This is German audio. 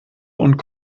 und